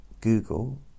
Google